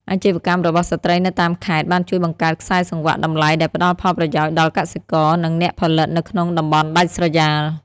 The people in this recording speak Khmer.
អាជីវកម្មរបស់ស្ត្រីនៅតាមខេត្តបានជួយបង្កើតខ្សែសង្វាក់តម្លៃដែលផ្ដល់ផលប្រយោជន៍ដល់កសិករ និងអ្នកផលិតនៅក្នុងតំបន់ដាច់ស្រយាល។